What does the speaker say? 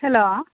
hello